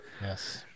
Yes